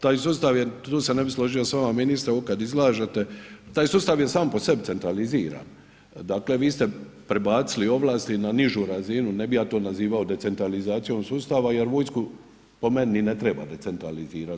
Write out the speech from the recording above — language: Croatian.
Taj sustav je, tu se ne bi složio s vama ministre ovo kada izlažete, taj sustav je sam po sebi centraliziran, dakle vi ste prebacili ovlasti na nižu razinu, ne bi ja to nazvao decentralizacijom sustava jer vojsku po meni ni ne treba decentralizirati.